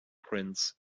prince